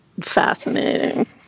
fascinating